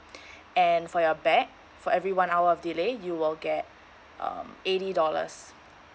and for your bag for every one hour of delay you will get um eighty dollars